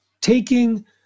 taking